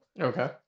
Okay